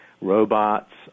robots